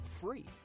free